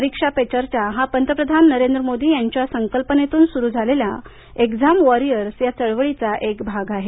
परीक्षा पे चर्चा हा पंतप्रधान नरेंद्र मोदी यांच्या संकल्पनेतून सुरु झालेल्या एक्झाम वॉरियर्स या चळवळीचा एक भाग आहे